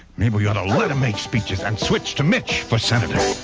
maybe we ought to let him make speeches and switch to mitch for senator